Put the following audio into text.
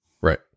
Right